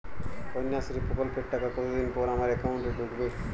কন্যাশ্রী প্রকল্পের টাকা কতদিন পর আমার অ্যাকাউন্ট এ ঢুকবে?